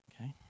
okay